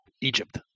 Egypt